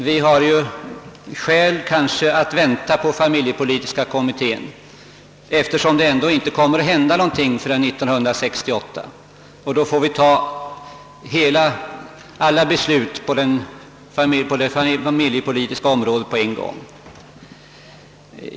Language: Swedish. Vi har kanske skäl att vänta på familjepolitiska kommittén, eftersom det ändå inte kommer att hända någonting förrän 1968, och då får vi fatta alla beslut på det familjepolitiska området på en gång.